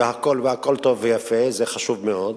והכול טוב ויפה וזה חשוב מאוד,